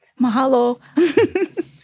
Mahalo